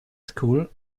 school